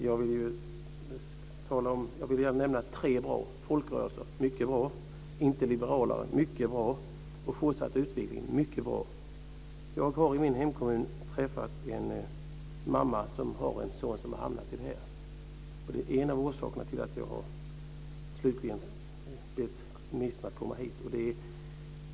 Herr talman! Jag vill nämna tre bra folkrörelser - mycket bra. Inte liberalare - mycket bra. Fortsatt utveckling - mycket bra. Jag har i min hemkommun träffat en mamma som har en son som har hamnat i detta. Det är en av orsakerna till att jag slutligen har bett ministern att komma hit.